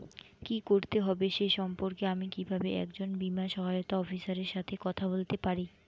কী করতে হবে সে সম্পর্কে আমি কীভাবে একজন বীমা সহায়তা অফিসারের সাথে কথা বলতে পারি?